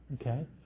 Okay